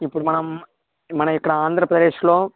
ఇప్పుడు మనం మనం ఇప్పుడు ఆంధ్రప్రదేశ్లో